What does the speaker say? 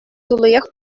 туллиех